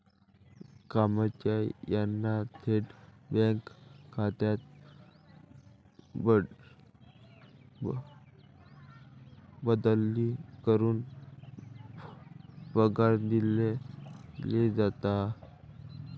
कर्मचाऱ्यांना थेट बँक खात्यात बदली करून पगार दिला जातो